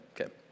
Okay